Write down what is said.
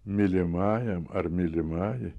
mylimajam ar mylimajai